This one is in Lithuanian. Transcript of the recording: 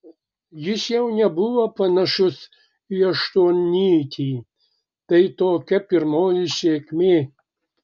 jis jau nebuvo panašus į aštuonnytį tai tokia pirmoji sėkmė